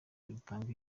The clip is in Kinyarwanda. rutanga